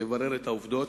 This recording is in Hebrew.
לברר את העובדות,